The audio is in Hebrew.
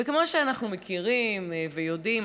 וכמו שאנחנו מכירים ויודעים,